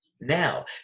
Now